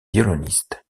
violoniste